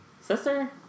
sister